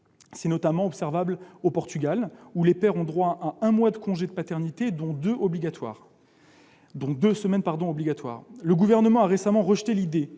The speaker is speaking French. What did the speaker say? C'est notamment observable au Portugal, où les pères ont droit à un mois de congé de paternité, dont deux semaines obligatoires. Le Gouvernement a récemment rejeté l'idée